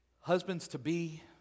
husbands-to-be